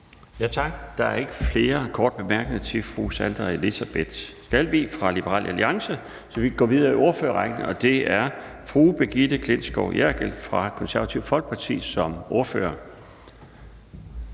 Tak. Der er ikke flere korte bemærkninger til fru Sandra Elisabeth Skalvig fra Liberal Alliance, så vi går videre i ordførerrækken, og det er nu fru Brigitte Klintskov Jerkel som ordfører